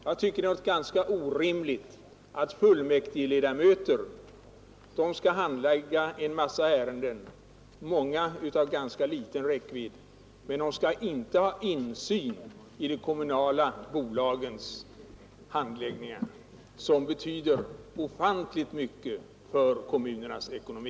Jag tycker att det är något ganska orimligt att fullmäktigeledamöter skall handlägga en mängd ärenden, många av ganska liten räckvidd, men de skall inte ha insyn i de kommunala bolagens handläggning som betyder ofantligt mycket för kommunernas ekonomi.